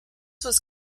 was